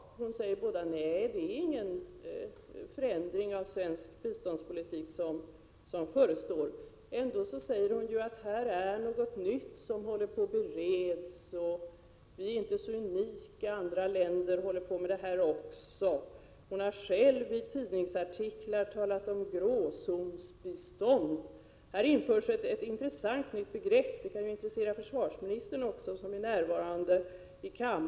Dels säger hon att det inte förestår någon förändring av svensk biståndspolitik, dels säger hon att någonting nytt håller på att beredas. Vidare säger hon att vi inte är unika, andra länder arbetar också med denna fråga. Hon har själv i tidningsartiklar talat om gråzonsbistånd. Här införs ett intressant, nytt begrepp — detta kan vara av intresse också för försvarsministern, som är närvarande i kammaren.